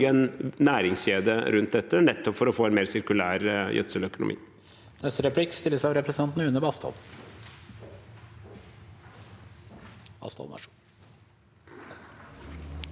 en næringskjede rundt dette, nettopp for å få en mer sirkulær gjødseløkonomi.